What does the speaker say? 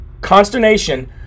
consternation